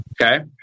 Okay